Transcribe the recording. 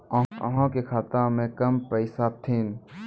अहाँ के खाता मे कम पैसा छथिन?